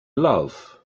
love